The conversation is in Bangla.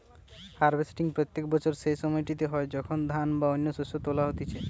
হার্ভেস্টিং প্রত্যেক বছর সেই সময়টিতে হয় যখন ধান বা অন্য শস্য তোলা হতিছে